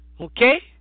okay